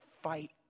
fight